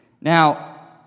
Now